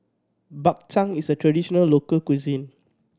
Bak Chang is a traditional local cuisine